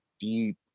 deep